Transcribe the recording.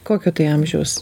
kokio tai amžiaus